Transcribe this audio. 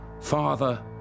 father